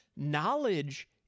Knowledge